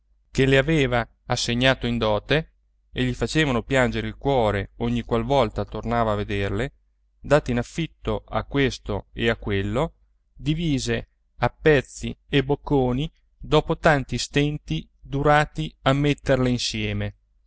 che le aveva assegnato in dote e gli facevano piangere il cuore ogni qualvolta tornava a vederle date in affitto a questo e a quello divise a pezzi e bocconi dopo tanti stenti durati a metterle insieme